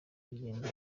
urugendo